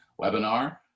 webinar